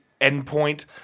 endpoint